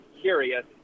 curious